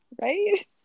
right